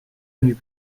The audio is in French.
nuit